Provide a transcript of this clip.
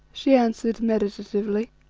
she answered, meditatively,